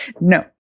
No